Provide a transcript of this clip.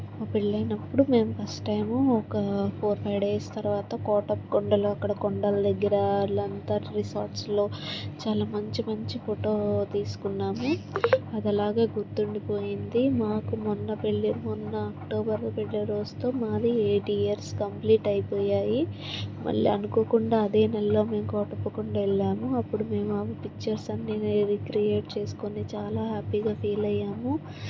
మా పెళ్ళయినప్పుడు మేము ఫస్ట్ టైం ఒక ఫోర్ ఫైవ్ డేస్ తర్వాత కోటప్పకొండలో అక్కడ కొండల దగ్గర అలా అంతా రిసార్ట్స్లో చాలా మంచి మంచి ఫోటో తీసుకున్నాము అది అలాగే గుర్తుండిపోయింది మాకు మొన్న పెళ్ళి మొన్న అక్టోబర్ పెళ్ళి రోజుతో మాది ఎయిట్ ఇయర్స్ కంప్లీట్ అయిపోయాయి మళ్ళీ అనుకోకుండా మేము అదే నెలలో కోటప్పకొండ వెళ్ళాము అప్పుడు మేము ఆ పిక్చర్స్ అన్నీ అది రిక్రియేట్ చేసుకొని చాలా హ్యాపీగా ఫీల్ అయ్యాము